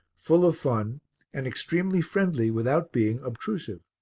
full of fun and extremely friendly without being obtrusive.